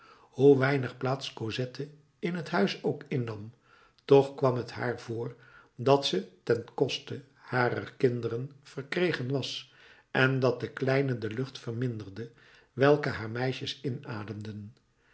hoe weinig plaats cosette in het huis ook innam toch kwam het haar voor dat ze ten koste harer kinderen verkregen was en dat de kleine de lucht verminderde welke haar meisjes